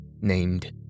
named